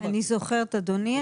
אני זוכרת, אדוני.